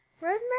Rosemary